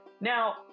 Now